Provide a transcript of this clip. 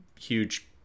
huge